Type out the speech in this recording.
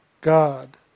God